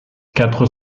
quatre